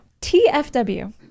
TFW